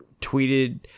tweeted